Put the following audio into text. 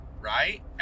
right